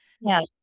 Yes